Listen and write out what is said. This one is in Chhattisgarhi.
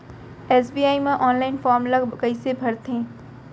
एस.बी.आई म ऑनलाइन फॉर्म ल कइसे भरथे?